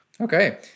Okay